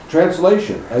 Translation